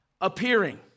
appearing